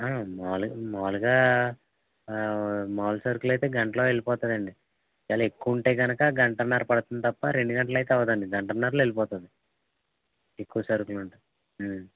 మాములుగా మాములుగా మాములు సరుకులైతే గంటలో వెళ్ళిపోతాయిలెండి చాలా ఎక్కువ ఉంటే కనుక గంటన్నర పడుతుంది తప్పా రెండు గంటలైతే అవదండి గంటన్నరలో వెళ్ళిపోతుంది ఎక్కువ సరుకులు ఉంటే